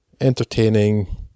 entertaining